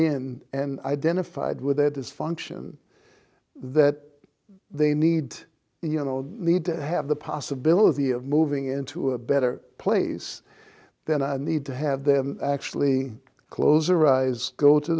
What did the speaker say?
in and identified with their dysfunction that they need you know need to have the possibility of moving into a better place then i need to have them actually close arise go to